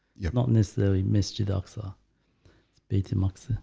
you're not necessarily masjid aqsa betamax.